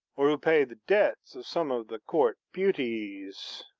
or who paid the debts of some of the court beauties.